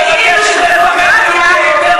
כאילו שדמוקרטיה פירושה,